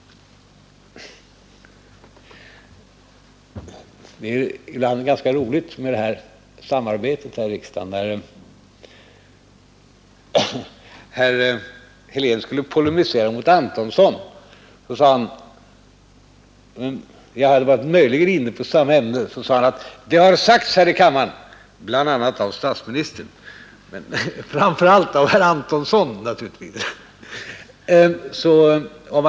Det är ibland ganska roligt med det här samarbetet i riksdagen. När herr Helén skulle polemisera mot herr Antonsson i fråga om associeringen talade han om vad som sagts här i kammaren, bl.a. av statsministern. Jag — Nr 137 hade möjligen varit inne på samma ämne, men framför allt var det Torsdagen den naturligtvis herr Antonsson det gällde.